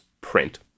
print